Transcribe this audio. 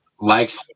likes